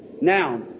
Now